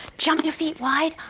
jump your feet wide,